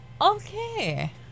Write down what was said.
Okay